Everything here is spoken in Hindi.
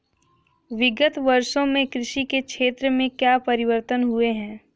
विगत वर्षों में कृषि के क्षेत्र में क्या परिवर्तन हुए हैं?